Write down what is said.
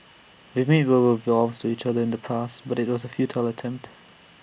we made verbal vows to each other in the past but IT was A futile attempt